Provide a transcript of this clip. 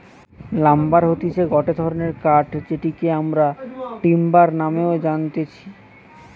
lumber হতিছে গটে ধরণের কাঠ যেটিকে আমরা টিম্বার নামেও জানতেছি